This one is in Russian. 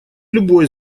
любой